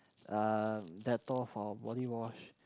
uh Dettol for body wash